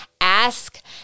ask